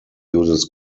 uses